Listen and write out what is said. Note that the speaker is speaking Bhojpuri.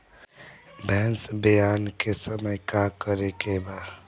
भैंस ब्यान के समय का करेके बा?